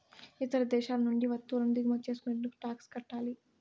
ఇతర దేశాల నుండి వత్తువులను దిగుమతి చేసుకునేటప్పుడు టాక్స్ కట్టాలి